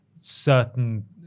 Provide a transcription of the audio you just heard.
certain